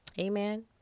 Amen